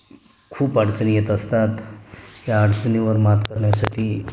खूप अडचणी येत असतात या अडचणीवर मात करण्यासाठी